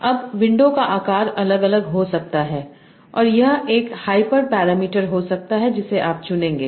अब विंडो का आकार अलग अलग हो सकता है और यह एक हाइपर पैरामीटर हो सकता है जिसे आप चुनेंगे